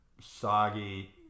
soggy